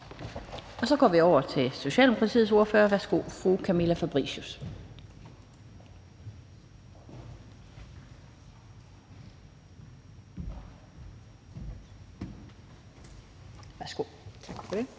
Så går vi over til Socialdemokratiets ordfører. Værsgo, fru Camilla Fabricius. Kl. 20:32